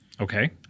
Okay